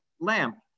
lamp